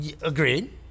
agreed